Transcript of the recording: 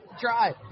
Try